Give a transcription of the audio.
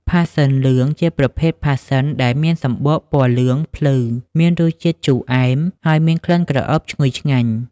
ផាសសិនលឿង ជាប្រភេទផាសសិនដែលមានសំបកពណ៌លឿងភ្លឺ មានរសជាតិជូរអែម ហើយមានក្លិនក្រអូបឈ្ងុយឆ្ងាញ់។